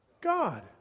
God